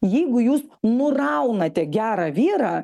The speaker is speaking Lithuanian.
jeigu jūs nuraunate gerą vyrą